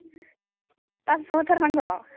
फास्स' होथारनांग'